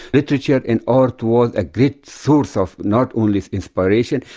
literature and art was a great source of not only inspiration,